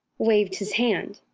waved his hand,